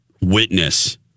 witness